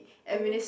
I mean